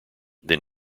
then